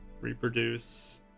reproduce